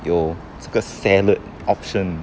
有这个 salad option